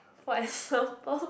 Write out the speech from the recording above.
for example